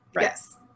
Yes